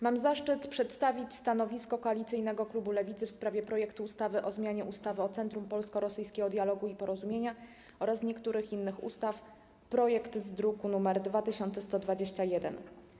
Mam zaszczyt przedstawić stanowisko Koalicyjnego Klubu Poselskiego Lewicy w sprawie projektu ustawy o zmianie ustawy o Centrum Polsko-Rosyjskiego Dialogu i Porozumienia oraz niektórych innych ustaw, druk nr 2121.